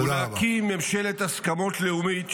-- ולהקים ממשלת הסכמות לאומית,